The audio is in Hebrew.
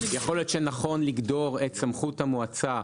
יכול להיות שנכון לגדור את סמכות המועצה,